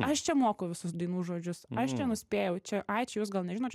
aš čia moku visus dainų žodžius aš čia nuspėjau čia ai čia jūs gal nežinot